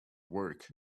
work